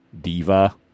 Diva